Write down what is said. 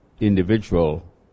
individual